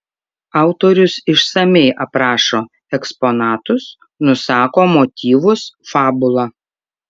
autorius išsamiai aprašo eksponatus nusako motyvus fabulą